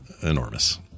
enormous